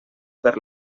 per